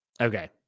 Okay